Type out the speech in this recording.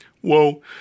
Whoa